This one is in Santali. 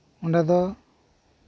ᱚᱸᱰᱮ ᱫᱚ